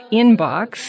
inbox